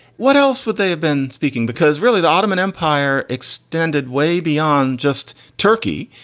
what else would they have been speaking? because really, the ottoman empire extended way beyond just turkey.